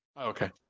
okay